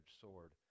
sword